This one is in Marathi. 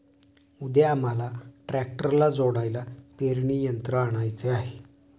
उद्या आम्हाला ट्रॅक्टरला जोडायला पेरणी यंत्र आणायचे आहे